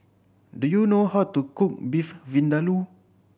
do you know how to cook Beef Vindaloo